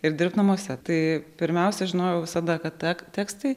ir dirbt namuose tai pirmiausia žinojau visada kad tek tekstai